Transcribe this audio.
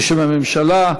בשם הממשלה,